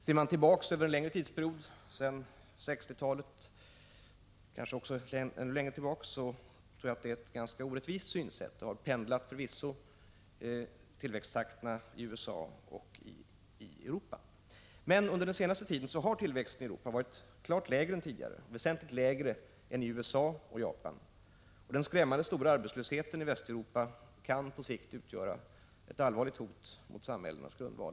Ser man tillbaka över en längre tidsperiod, till 1960-talet och kanske ännu längre tillbaka, finner man att detta är ett ganska orättvist synsätt. Tillväxttakten har förvisso pendlat i USA och i Europa. Men under den senaste tiden har tillväxten i Europa varit klart lägre än tidigare och väsentligt lägre än i USA och Japan. Den skrämmande stora arbetslösheten i Västeuropa kan på sikt utgöra ett allvarligt hot mot samhällets grundvalar.